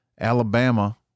Alabama